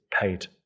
paid